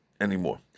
anymore